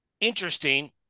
interesting